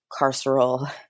carceral